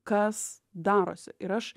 kas darosi ir aš